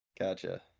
Gotcha